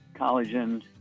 collagen